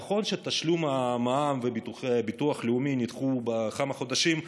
נכון שתשלומי מע"מ וביטוח לאומי נדחו בכמה חודשים,